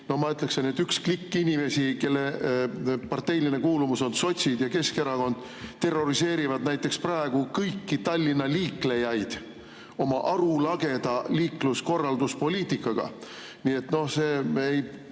Ma ütleksin, et üks inimeste klikk, kelle parteiline kuuluvus on sotsid ja Keskerakond, terroriseerib näiteks praegu kõiki Tallinna liiklejaid oma arulageda liikluskorralduspoliitikaga. Nii et see ei